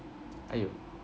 !aiyo!